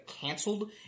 canceled